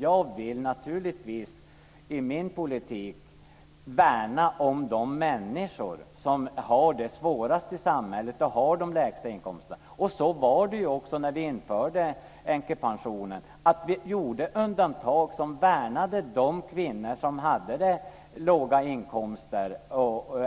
Jag vill naturligtvis i min politik värna om de människor som har det svårast i samhället och har de lägsta inkomsterna. Och så var det också när vi införde änkepensionen. Vi gjorde undantag som värnade de kvinnor som hade låga inkomster